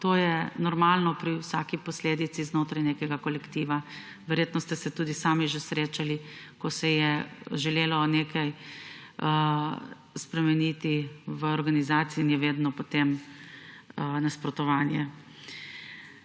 to je normalno pri vsaki posledici znotraj nekega kolektiva. Verjetno ste se tudi sami že srečali s tem, da se je želelo nekaj spremeniti v organizaciji in je vedno potem nasprotovanje.